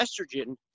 estrogen